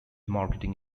marketing